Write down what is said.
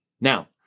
Now